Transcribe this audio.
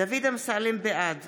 בעד